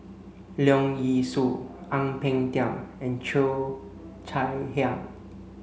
Leong Yee Soo Ang Peng Tiam and Cheo Chai Hiang